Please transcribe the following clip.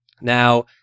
Now